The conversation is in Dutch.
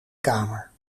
kamer